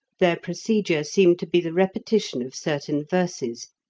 their procedure seemed to be the repetition of certain verses,